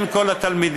בין כל התלמידים?